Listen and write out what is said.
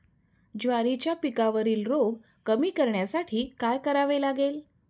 ज्वारीच्या पिकावरील रोग कमी करण्यासाठी काय करावे लागेल?